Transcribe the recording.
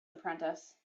apprentice